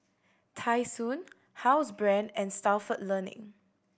Tai Sun Housebrand and Stalford Learning